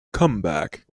comeback